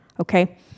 okay